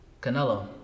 Canelo